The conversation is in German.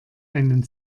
einen